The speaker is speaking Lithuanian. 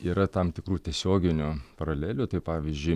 yra tam tikrų tiesioginių paralelių tai pavyzdžiui